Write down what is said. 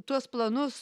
tuos planus